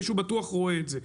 מישהו בטוח רואה את זה,